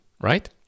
right